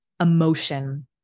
emotion